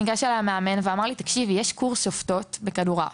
ניגש אליי המאמן ואמר לי: ״יש קורס שופטות בכדורעף,